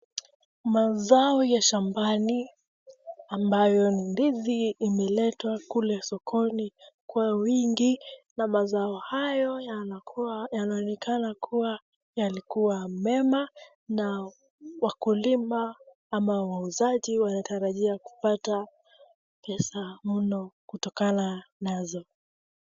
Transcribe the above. Mazao ya shambani ambayo ni ndizi imeletwa kule sokoni kwa wingi na mazao hayo yanaonekana kuwa yalikua mema na wakulima ama wauzaji wanatarajia kupata pesa mno kutokana nazo.